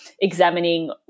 examining